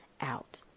out